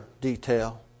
detail